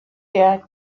der